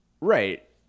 right